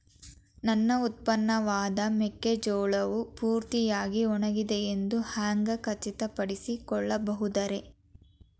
ನನ್ನ ಉತ್ಪನ್ನವಾದ ಮೆಕ್ಕೆಜೋಳವು ಪೂರ್ತಿಯಾಗಿ ಒಣಗಿದೆ ಎಂದು ಹ್ಯಾಂಗ ಖಚಿತ ಪಡಿಸಿಕೊಳ್ಳಬಹುದರೇ?